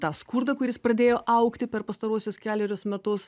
tą skurdą kuris pradėjo augti per pastaruosius kelerius metus